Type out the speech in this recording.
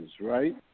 right